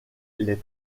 les